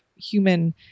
human